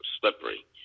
slippery